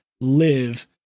live